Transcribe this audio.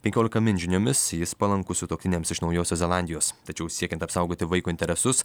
penkiolika min žiniomis jis palankus sutuoktiniams iš naujosios zelandijos tačiau siekiant apsaugoti vaiko interesus